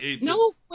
No